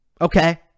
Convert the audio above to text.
Okay